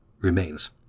remains